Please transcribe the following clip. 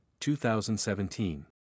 2017